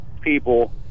people